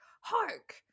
Hark